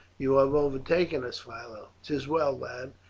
you have overtaken us, philo! tis well, lad,